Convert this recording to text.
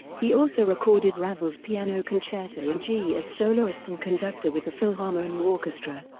he also recorded ravel's piano concerto in g as soloist and conductor with the philharmonia orchestra.